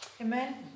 Amen